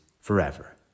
forever